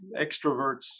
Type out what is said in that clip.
extroverts